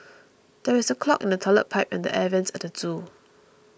there is a clog in the Toilet Pipe and the Air Vents at the zoo